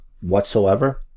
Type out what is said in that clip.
whatsoever